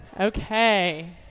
Okay